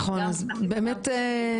נכון, תודה רבה.